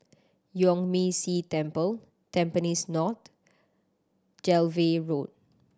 Yuan Ming Si Temple Tampines North Dalvey Road